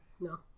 No